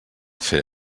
fer